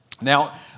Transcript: Now